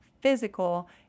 physical